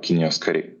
kinijos kariai